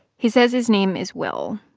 he says his name is will,